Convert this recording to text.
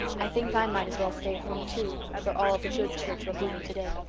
i think i might as well stay home, too, for all the good church will do me today,